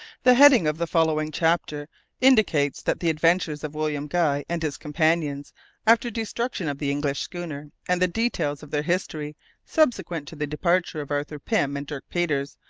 the heading of the following chapter indicates that the adventures of william guy and his companions after destruction of the english schooner, and the details of their history subsequent to the departure of arthur pym and dirk peters,